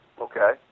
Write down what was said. Okay